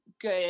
good